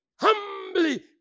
humbly